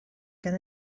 can